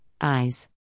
eyes